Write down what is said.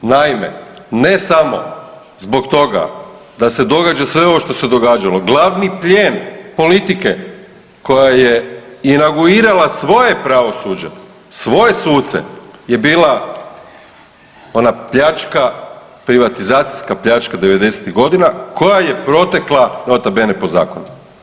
Naime, ne samo zbog toga da se događa sve ovo što se događalo, glavni plijen politike koja je inaugurirala svoj pravosuđe, svoje suce je bila ona pljačka, privatizacijska pljačka '90.-tih godina koja je protekla nota bene po zakonu.